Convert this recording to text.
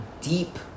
deep